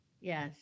yes